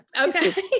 Okay